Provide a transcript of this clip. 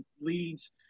leads